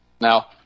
Now